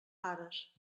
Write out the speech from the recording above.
pares